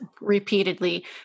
Repeatedly